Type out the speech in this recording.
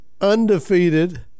undefeated